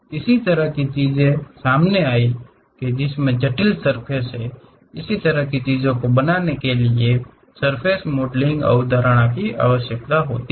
इस तरह की चीजें से सामने आई हैं जटिल सर्फ़ेस इस तरह की चीजों को बनाने के लिए सर्फ़ेस मॉडलिंग अवधारणा की आवश्यकता होती है